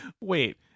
Wait